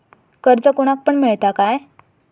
कर्ज कोणाक पण मेलता काय?